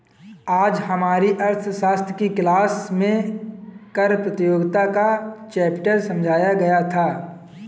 आज हमारी अर्थशास्त्र की क्लास में कर प्रतियोगिता का चैप्टर समझाया गया था